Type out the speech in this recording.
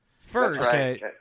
first